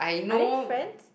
are they friends